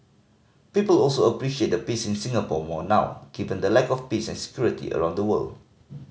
people also appreciate the peace in Singapore more now given the lack of peace and security around the world